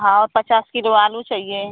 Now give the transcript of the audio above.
हाँ ओ पचास किलो आलू चाइए